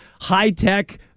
high-tech